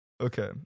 Okay